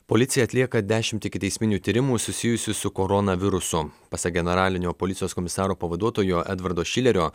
policija atlieka dešimt ikiteisminių tyrimų susijusių su koronavirusu pasak generalinio policijos komisaro pavaduotojo edvardo šilerio